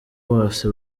bose